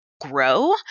grow